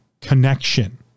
connection